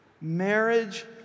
Marriage